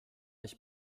ich